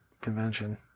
convention